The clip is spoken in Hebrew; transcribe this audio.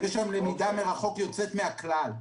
ראיתי שם למידה מרחוק יוצאת מהכלל.